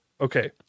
Okay